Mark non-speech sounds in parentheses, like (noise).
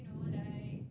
(breath)